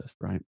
right